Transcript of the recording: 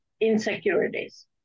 insecurities